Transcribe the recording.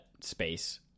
space